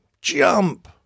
Jump